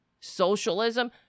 Socialism